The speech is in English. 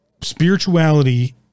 Spirituality